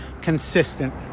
consistent